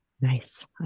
Nice